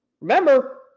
Remember